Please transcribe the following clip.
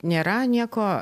nėra nieko